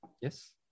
Yes